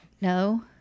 No